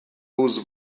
whose